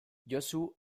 josu